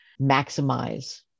maximize